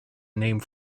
name